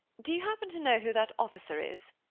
do you happen to know who that officer is?